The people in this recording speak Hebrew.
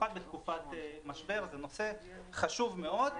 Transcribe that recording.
במיוחד בתקופת משבר, זה נושא חשוב מאוד.